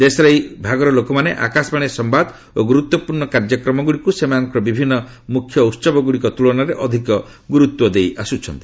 ଦେଶର ଏହି ଭାଗର ଲୋକମାନେ ଆକାଶବାଣୀର ସମ୍ଘାଦ ଓ ଗୁରୁତ୍ୱପୂର୍ଣ୍ଣ କାର୍ଯ୍ୟକ୍ରମଗୁଡ଼ିକୁ ସେମାନଙ୍କର ବିଭିନ୍ନ ମୁଖ୍ୟ ଉତ୍ସବଗୁଡ଼ିକ ତୁଳନାରେ ଅଧିକ ଗୁରୁତ୍ୱ ଦେଇଆସୁଛନ୍ତି